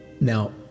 Now